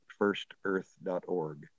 firstearth.org